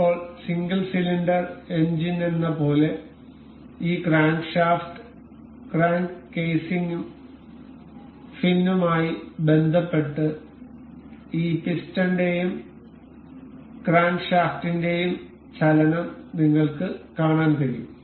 ഇപ്പോൾ single cylinder എഞ്ചിനിലെന്നപോലെ ഈ ക്രാങ്ക്ഷാഫ്റ്റ് ക്രാങ്ക്കേസും crankcase| ഫിനുമായി ബന്ധപ്പെട്ട് ഈ പിസ്റ്റണിന്റെയും ക്രാങ്ക്ഷാഫ്റ്റിന്റെയും ചലനം നിങ്ങൾക്ക് കാണാൻ കഴിയും